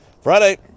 Friday